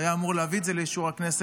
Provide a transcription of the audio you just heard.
והיו אמורים להביא את זה לאישור הכנסת,